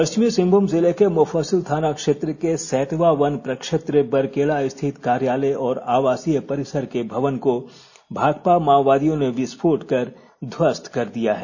पश्चिमी सिंहभूम जिले के मुफस्सिल थाना क्षेत्र के सैतवा वन प्रक्षेत्र बरकेला स्थित कार्यालय और आवासीय परिसर के भवन को भाकपा माओवादियों ने विस्फोट कर ध्वस्त कर दिया है